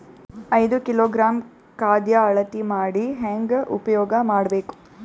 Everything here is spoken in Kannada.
ಐದು ಕಿಲೋಗ್ರಾಂ ಖಾದ್ಯ ಅಳತಿ ಮಾಡಿ ಹೇಂಗ ಉಪಯೋಗ ಮಾಡಬೇಕು?